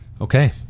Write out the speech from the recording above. Okay